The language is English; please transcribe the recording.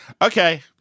Okay